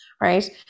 right